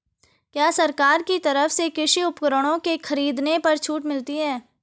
क्या सरकार की तरफ से कृषि उपकरणों के खरीदने में छूट मिलती है?